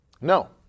No